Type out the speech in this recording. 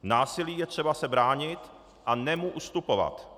Násilí je třeba se bránit, a ne mu ustupovat.